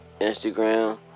instagram